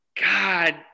God